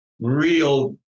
real